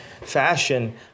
fashion